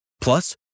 Plus